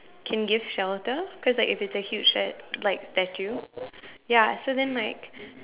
can give shelter cause like if it's a huge shel~ like statue ya so then like